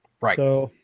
Right